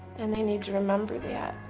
and they need to remember that.